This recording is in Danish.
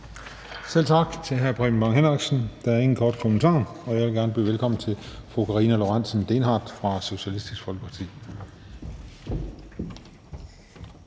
Selv tak til hr. Preben Bang Henriksen. Der er ingen korte bemærkninger, så jeg vil gerne byde velkommen til fru Karina Lorentzen Dehnhardt fra Socialistisk Folkeparti.